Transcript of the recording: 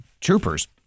troopers